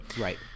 Right